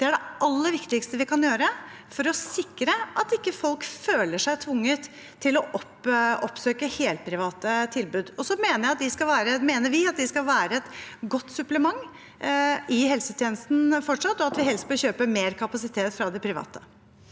Det er det aller viktigste vi kan gjøre for å sikre at folk ikke føler seg tvunget til å oppsøke helprivate tilbud. Og så mener vi at de fortsatt skal være et godt supplement i helsetjenesten, og at vi helst bør kjøpe mer kapasitet fra de private.